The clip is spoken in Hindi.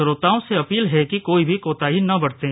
श्रोताओं से अपील है कि कोई भी कोताही न बरतें